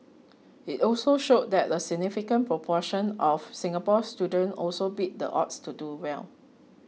it also showed that a significant proportion of Singapore students also beat the odds to do well